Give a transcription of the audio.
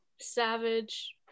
Savage